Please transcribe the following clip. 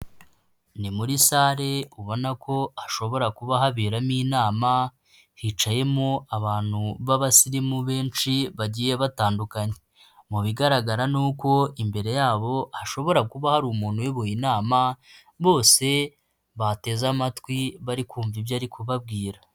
Ni muri sare ubona ko hashobora kuba haberamo inama, hicayemo abantu b'abasirimu benshi bagiye batandukanye, mu bigaragara ni uko imbere yabo hashobora kuba hari umuntu uyoboye inama, bose bateze amatwi bari kumvamva ibyo ari kubabwira.